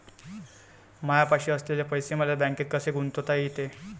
मायापाशी असलेले पैसे मले बँकेत कसे गुंतोता येते?